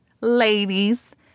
ladies